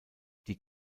die